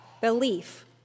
belief